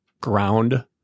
ground